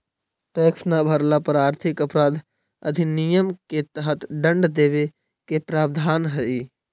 tax न भरला पर आर्थिक अपराध अधिनियम के तहत दंड देवे के प्रावधान हई